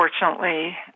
unfortunately